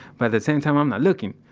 but at the same time i'm not looking,